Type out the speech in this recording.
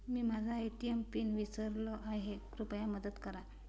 मी माझा ATM pin विसरलो आहे, कृपया मदत करा